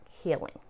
healing